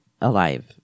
alive